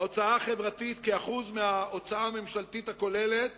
ההוצאה החברתית כאחוז מההוצאה הממשלתית הכוללת